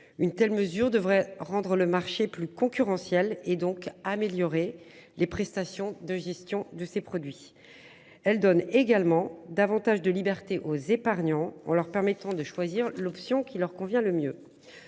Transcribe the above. Une telle mesure devrait rendre le marché plus concurrentiel et donc améliorer les prestations de gestion de ces produits. Elle donne également davantage de liberté aux épargnants en leur permettant de choisir l'option qui leur convient le mieux.